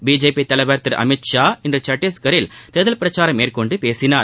BJP தலைவர் திரு அமித்ஷா இன்று சத்திஷ்கரில் தேர்தல் பிரச்சாரம் மேற்கொண்டு பேசினார்